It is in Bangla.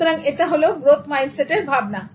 সুতরাং এটা হল গ্রোথ মাইন্ডসেটের ভাবনা